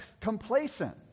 complacent